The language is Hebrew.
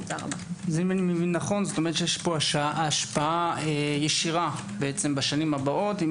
כלומר יש השפעה ישירה בשנים הבאות אם